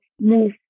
move